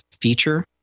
feature